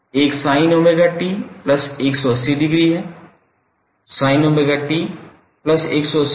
एक sin omega t plus 180 degree है